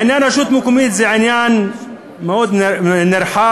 עניין הרשות המקומית הוא עניין מאוד נרחב.